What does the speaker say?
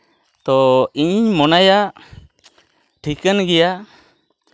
ᱛᱚ ᱤᱧᱤᱧ ᱢᱚᱱᱮᱭᱟ ᱴᱷᱤᱠᱟᱹᱱ ᱜᱮᱭᱟ